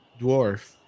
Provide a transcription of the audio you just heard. dwarf